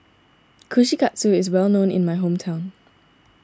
Kushikatsu is well known in my hometown